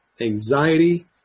anxiety